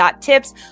Tips